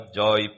joy